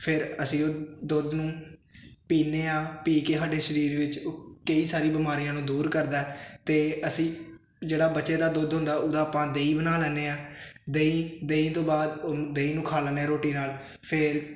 ਫਿਰ ਅਸੀਂ ਦੁੱਧ ਨੂੰ ਪੀਂਦੇ ਹਾਂ ਪੀ ਕੇ ਸਾਡੇ ਸਰੀਰ ਵਿੱਚ ਕਈ ਸਾਰੀ ਬਿਮਾਰੀਆਂ ਨੂੰ ਦੂਰ ਕਰਦਾ ਹੈ ਅਤੇ ਅਸੀਂ ਜਿਹੜਾ ਬਚੇ ਦਾ ਦੁੱਧ ਹੁੰਦਾ ਉਹਦਾ ਆਪਾਂ ਦਹੀਂ ਬਣਾ ਲੈਂਦੇ ਹਾਂ ਦਹੀਂ ਦਹੀਂ ਤੋਂ ਬਾਅਦ ਦਹੀਂ ਨੂੰ ਖਾ ਲੈਂਦੇ ਹਾਂ ਰੋਟੀ ਨਾਲ ਫਿਰ